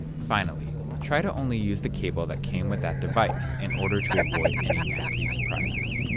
finally, try to only use the cable that came with that device in order to avoid any nasty surprises.